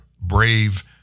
brave